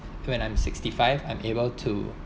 when I'm sixty five I'm able to